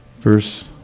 Verse